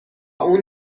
اون